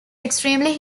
extremely